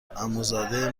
عموزاده